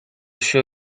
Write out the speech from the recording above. show